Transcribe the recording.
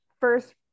first